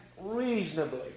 reasonably